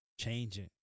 Changing